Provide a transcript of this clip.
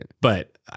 But-